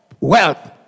Wealth